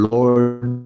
Lord